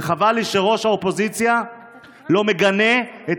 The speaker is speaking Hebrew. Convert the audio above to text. וחבל לי שראש האופוזיציה לא מגנה את